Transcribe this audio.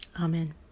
Amen